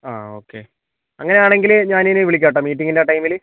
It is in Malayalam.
ആ ഓക്കെ അങ്ങനെ ആണെങ്കിൽ ഞാനിനി വിളിക്കാട്ടോ മീറ്റിംഗിൻ്റെ ടൈമിൽ